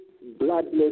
bloodless